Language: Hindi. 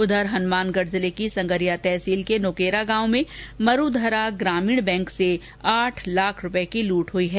उधर हनुमानगढ जिले की संगरिया तहसील के नुकेरा गांव में मरूधरा ग्रामीण बैंक से आठ लाख की लूट हुई है